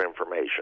information